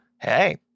Hey